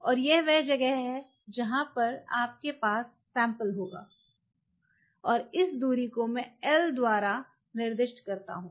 और यह वह जगह है जहां आपके पास सैंपल है और इस दूरी को मैं L द्वारा निर्दिष्ट करता हूं